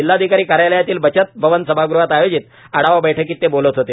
जिल्हाधिकारी कार्यालयातील बचत भवन सभाग़हात आयोजित आढावा बैठकीत ते बोलत होते